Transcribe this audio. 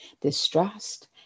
distrust